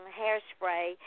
hairspray